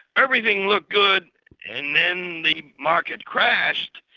everything looked good and then the market crashed.